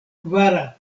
kvara